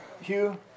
hugh